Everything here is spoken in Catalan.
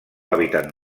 hàbitat